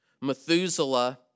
Methuselah